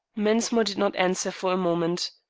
mensmore did not answer for a moment.